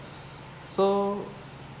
so